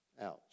Ouch